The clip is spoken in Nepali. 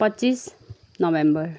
पच्चिस नोभेम्बर